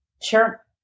Sure